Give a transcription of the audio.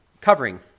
covering